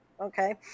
Okay